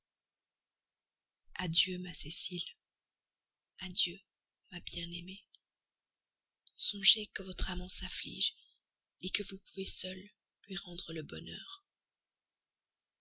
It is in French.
adieu ma cécile adieu ma bien-aimée songez que votre amant s'afflige que vous pouvez seule lui rendre le bonheur